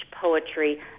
poetry